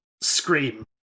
scream